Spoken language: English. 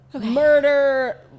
murder